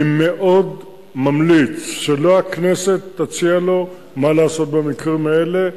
אני מאוד ממליץ שלא הכנסת תציע לו מה לעשות במקרים האלה.